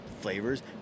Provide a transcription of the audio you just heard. flavors